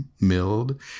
Milled